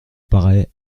paraît